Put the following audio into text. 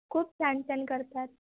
खूप छान छान करतात